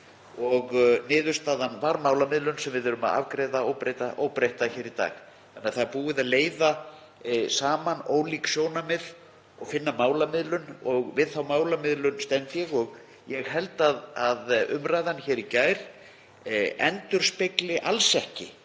og niðurstaðan varð málamiðlun sem við erum að afgreiða óbreytta hér í dag. Þannig að það er búið að leiða saman ólík sjónarmið og finna málamiðlun og við þá málamiðlun stend ég og ég held að umræðan hér í gær endurspegli alls ekki